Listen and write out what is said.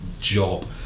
job